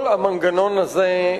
כל המנגנון הזה,